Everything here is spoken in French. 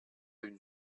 une